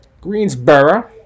Greensboro